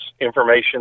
information